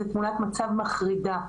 זו תמונת מצב מחרידה.